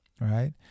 right